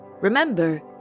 Remember